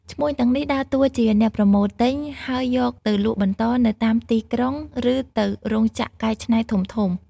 ឈ្មួញទាំងនេះដើរតួជាអ្នកប្រមូលទិញ ហើយយកទៅលក់បន្តនៅតាមទីក្រុង ឬទៅរោងចក្រកែច្នៃធំៗ។